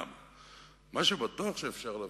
מה שבטוח אפשר להבין,